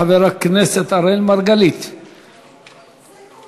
חבר הכנסת אראל מרגלית, בבקשה.